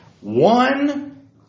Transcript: One